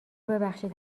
ببخشید